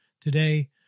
Today